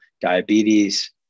diabetes